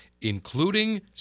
including